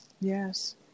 Yes